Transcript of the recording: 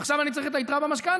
ועכשיו אני צריך את היתרה במשכנתה.